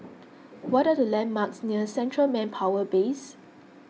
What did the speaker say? what are the landmarks near Central Manpower Base